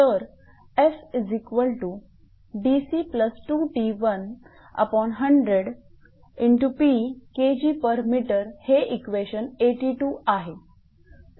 तर Fdc2t1100p Kgm हे equation 82 आहे